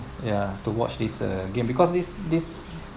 ya to watch these uh game because this this